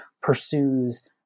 pursues